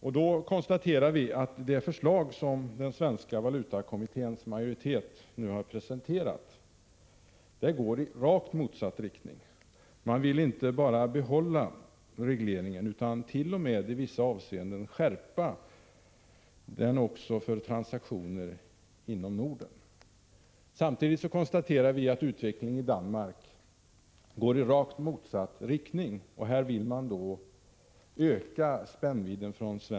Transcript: Vi konstaterar emellertid att det förslag som den svenska valutakommittén har presenterat inte bara vill behålla regleringen utan i vissa avseenden t.o.m. vill skärpa den också för transaktioner inom Norden. Samtidigt konstaterar vi att utvecklingen i Danmark går i rakt motsatt riktning. Från svensk sida vill man öka spännvidden.